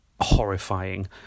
horrifying